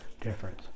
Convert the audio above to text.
difference